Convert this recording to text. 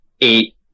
eight